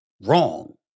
wrong